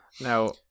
Now